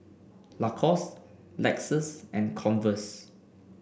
Lacoste Lexus and Converse